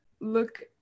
look